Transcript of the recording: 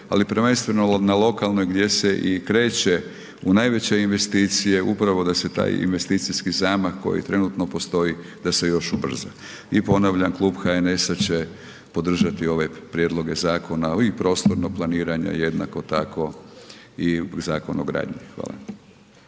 ali prvenstveno na lokalnoj gdje se i kreće u najveće investicije upravo da se taj investicijski zamah koji trenutno postoji da se još ubrza. I ponavljam Klub HNS-a će podržati ove prijedloge Zakona i prostornog planiranja i jednako tako i Zakon o gradnji. Hvala.